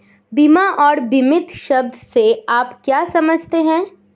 बीमा और बीमित शब्द से आप क्या समझते हैं?